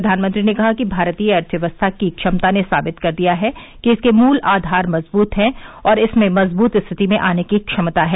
प्रधानमंत्री ने कहा कि भारतीय अर्थव्यवस्था की क्षमता ने साबित कर दिया है कि इसके मूल आधार मजबूत हैं और इसमें मजबूत स्थिति में आने की क्षमता है